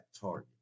target